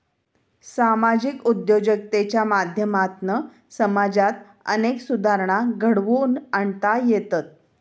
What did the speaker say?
सामाजिक उद्योजकतेच्या माध्यमातना समाजात अनेक सुधारणा घडवुन आणता येतत